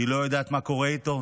היא לא יודעת מה קורה איתו?